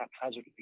haphazardly